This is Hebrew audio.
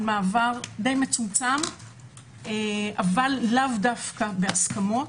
מעבר די מצומצם אבל לאו דווקא בהסכמות.